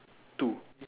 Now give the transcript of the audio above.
two